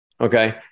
Okay